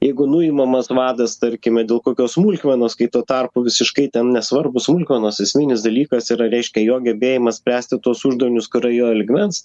jeigu nuimamas vadas tarkime dėl kokios smulkmenos kai tuo tarpu visiškai ten nesvarbu smulkmenos esminis dalykas yra reiškia jo gebėjimas spręsti tuos uždavinius kurie jo lygmens